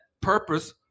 purpose